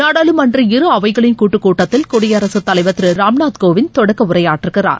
நாடாளுமன்ற இரு அவைகளின் கூட்டுக்கூட்டத்தில் குடியரசுத் தலைவர் திரு ராம்நாத் கோவிந்த் தொடக்க உரையாற்றுகிறார்